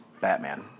Batman